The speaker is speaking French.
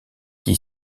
qui